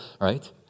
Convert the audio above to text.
Right